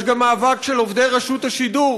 יש גם מאבק של עובדי רשות השידור,